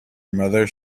mother